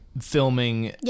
filming